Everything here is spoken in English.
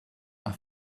are